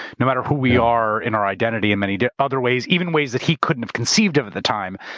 no matter who we are in our identity in many other ways, even ways that he couldn't have conceived of at the time.